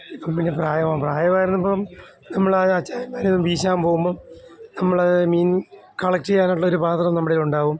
ഇപ്പം പിന്നെ പ്രായമാ പ്രായമായിരുന്നപ്പോൾ നമ്മൾ അച്ചായന്മാർ വീശാൻ പോകുമ്പോൾ നമ്മൾ മീൻ കളക്ട് ചെയ്യാനുള്ള ഒരു പാത്രം നമ്മുടെയിൽ ഉണ്ടാവും